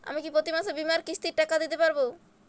আমি কি প্রতি মাসে বীমার কিস্তির টাকা দিতে পারবো?